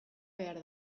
behar